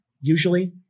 Usually